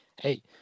Hey